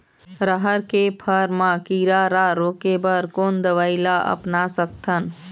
रहर के फर मा किरा रा रोके बर कोन दवई ला अपना सकथन?